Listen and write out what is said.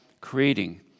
creating